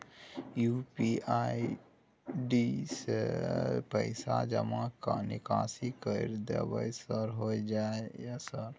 UPI ID से पैसा जमा निकासी कर देबै सर होय जाय है सर?